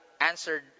answered